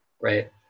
right